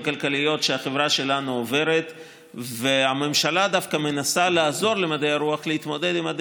כי יסודות החשמל והמתמטיקה הם אותם יסודות שנלמדו לפני מאה